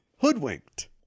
Hoodwinked